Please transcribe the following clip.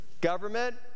government